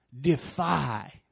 defy